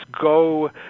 go